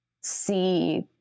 see